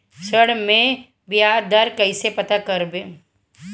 ऋण में बयाज दर कईसे पता करब?